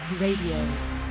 Radio